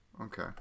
Okay